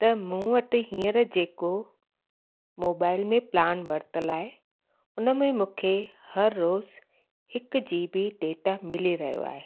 त मूं वटि हीअंर जेको मोबाइल में प्लान वरितलु आहे उन में मूंखे हर रोज़ु हिकु जीबी डेटा मिली रहियो आहे